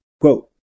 Quote